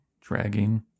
dragging